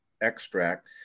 extract